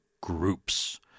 groups